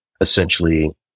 essentially